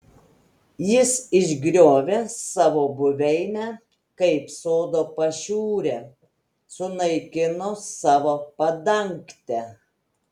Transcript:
jis išgriovė savo buveinę kaip sodo pašiūrę sunaikino savo padangtę